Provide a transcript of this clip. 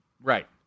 Right